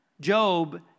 Job